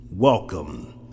Welcome